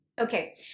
Okay